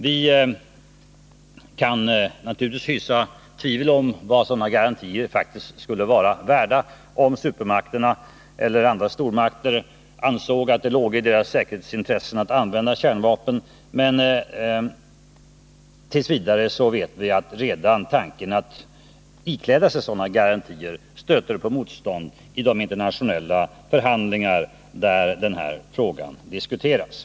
Man kan naturligtvis hysa tvivel om vad sådana garantier faktiskt skulle vara värda, om supermakterna eller andra stormakter ansåg att det låg i deras säkerhetsintresse att använda kärnvapen. Men t. v. vet vi att redan tanken att ikläda sig sådana garantier stöter på motstånd i de internationella förhandlingar där den här frågan diskuteras.